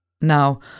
Now